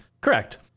Correct